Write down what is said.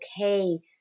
okay